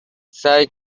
سعی